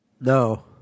No